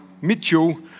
Mitchell